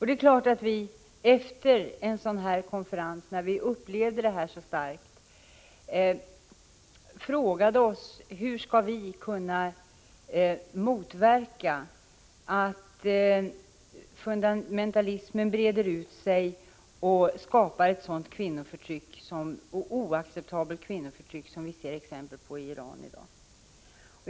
Det är klart att vi efter en sådan här konferens, där vi upplevde detta så starkt, frågade oss hur vi skall kunna motverka att fundamentalismen breder ut sig och skapar ett sådant oacceptabelt kvinnoförtryck som vi ser exempel på i Iran i dag.